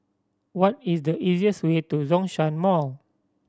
what is the easiest way to Zhongshan Mall